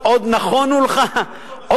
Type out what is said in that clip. כמו שהפריטו 450,000 דונם ברפורמה של המינהל.